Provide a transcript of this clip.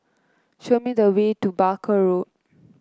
show me the way to Barker Road